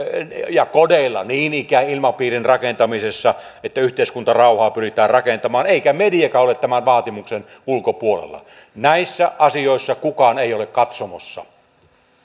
ja kodeilla niin ikään ilmapiirin rakentamisessa että yhteiskuntarauhaa pyritään rakentamaan eikä mediakaan ole tämän vaatimuksen ulkopuolella näissä asioissa kukaan ei ole katsomossa